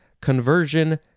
conversion